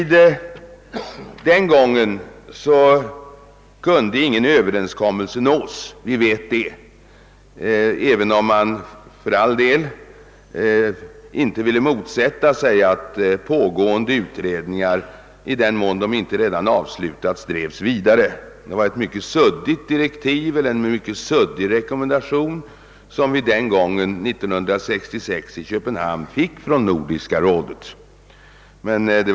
Den gången kunde någon överenskommelse emellertid inte nås, men man ville för all del inte motsätta sig att pågående utredningar drevs vidare, i den mån de inte redan hade avslutats. Det var alltså en mycket suddig rekommendation som vi fick av Nordiska rådet 1966 i Köpenhamn, men den var den enda möjliga, jag vill erkänna det.